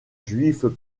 juifs